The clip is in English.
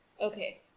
Okay